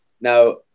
Now